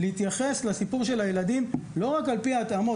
להתייחס לסיפור של הילדים לא רק על פי ההתאמות.